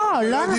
לא.